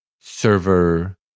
server